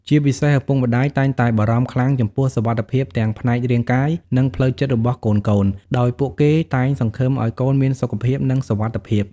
ជាពិសេស ឪពុកម្ដាយតែងតែបារម្ភខ្លាំងចំពោះសុវត្ថិភាពទាំងផ្នែករាងកាយ និងផ្លូវចិត្តរបស់កូនៗ ដោយពួកគេតែងសង្ឃឹមឲ្យកូនមានសុខភាព និងសុវត្ថិភាព។